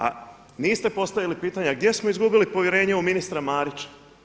A niste postavili pitanje, a gdje smo izgubili povjerenje u ministra Marića.